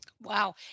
Wow